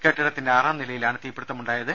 കെട്ടിടത്തിന്റെ ആറാം നിലയിലാണ് തീപിടുത്തമുണ്ടായത്